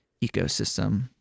ecosystem